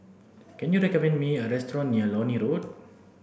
can you recommend me a restaurant near Lornie Road